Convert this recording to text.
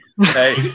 Hey